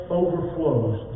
overflows